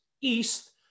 east